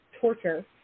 torture